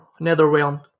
Netherrealm